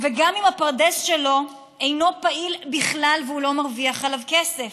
וגם אם הפרדס שלו אינו פעיל בכלל והוא לא מרוויח ממנו כסף.